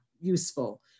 useful